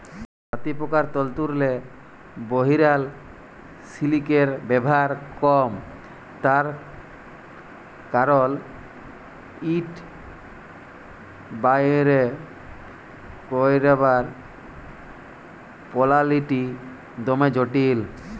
তাঁতিপকার তল্তুরলে বহিরাল সিলিকের ব্যাভার কম তার কারল ইট বাইর ক্যইরবার পলালিটা দমে জটিল